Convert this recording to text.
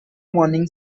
morning